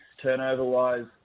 turnover-wise